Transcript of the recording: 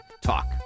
Talk